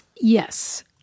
Yes